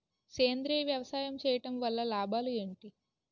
సేంద్రీయ వ్యవసాయం చేయటం వల్ల లాభాలు ఏంటి?